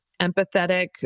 empathetic